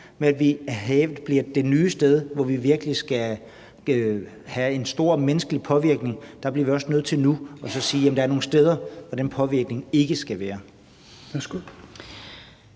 om, at havet bliver det nye sted, hvor vi virkelig vil få en stor menneskelig påvirkning. Der bliver vi også nødt til nu at sige, at der er nogle steder, hvor den påvirkning ikke skal være.